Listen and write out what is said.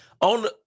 On